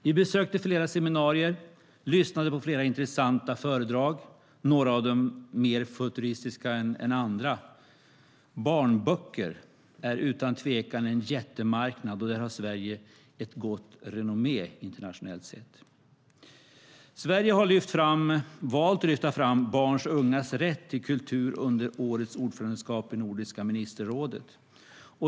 Vi besökte flera seminarier och lyssnade på flera intressanta föredrag, några av dem mer futuristiska än andra. Barnböcker är utan tvekan en jättemarknad, och där har Sverige ett gott renommé internationellt sett. Sverige har valt att lyfta fram barns och ungas rätt till kultur under årets ordförandeskap i Nordiska ministerrådet.